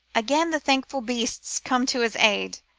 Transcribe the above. again the thankful beasts come to his aid.